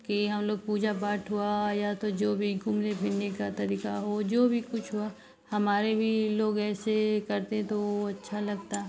कि हमलोग पूजा पाठ हुआ या तो फिर जो भी घूमने फिरने का तरीका हो जो भी कुछ हुआ हमारे भी लोग ऐसे करते तो वह अच्छा लगता